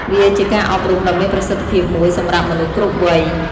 វាជាការអប់រំដ៏មានប្រសិទ្ធភាពមួយសម្រាប់មនុស្សគ្រប់វ័យ។